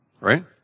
right